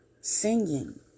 Singing